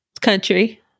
country